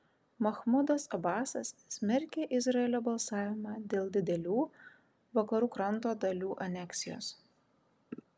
machmudas abasas smerkia izraelio balsavimą dėl didelių vakarų kranto dalių aneksijos